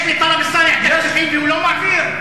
יש לטלב אלסאנע תקציבים והוא לא מעביר?